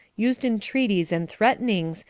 used entreaties and threatenings,